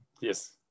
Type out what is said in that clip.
Yes